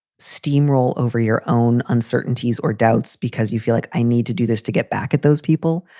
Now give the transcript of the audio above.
steamroll over your own uncertainties or doubts because you feel like i need to do this to get back at those people,